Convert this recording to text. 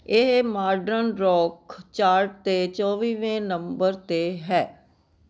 ਇਹ modern rock chart 'ਤੇ ਚੌਵੀਵੇਂ ਨੰਬਰ 'ਤੇ ਹੈ